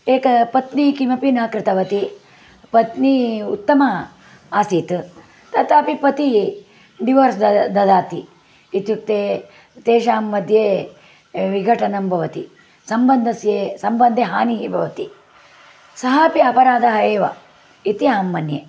एका पत्नी किमपि न कृतवती पत्नी उत्तमा आसीत् तथापि पतिः डिवोर्स् ददाति इत्युक्ते तेषां मध्ये विघटनं भवति सम्बन्धे हानिः भवति सः अपि अपराधः एव इति अहं मन्ये